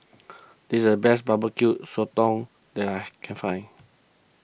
this is the best Barbecue Sotong that I can find